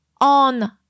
on